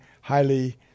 highly